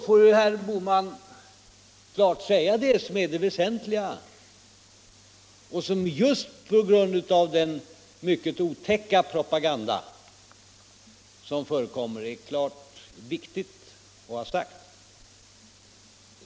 Herr Bohman får då klart säga det som är det väsentliga och som just på grund av den mycket otäcka propaganda som förekommer är viktigt att ha sagt.